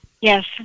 yes